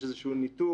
יש איזשהו ניתוק.